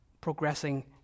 progressing